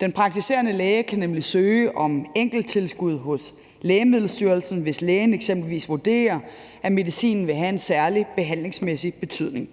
Den praktiserende læge kan nemlig søge om enkelttilskud hos Lægemiddelstyrelsen, hvis lægen eksempelvis vurderer, at medicinen vil have en særlig behandlingsmæssig betydning.